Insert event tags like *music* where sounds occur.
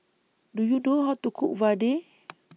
Do YOU know How to Cook Vadai *noise*